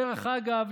דרך אגב,